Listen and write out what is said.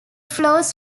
floors